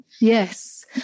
yes